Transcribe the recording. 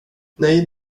nej